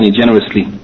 generously